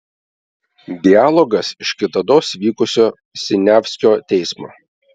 dialogas iš kitados vykusio siniavskio teismo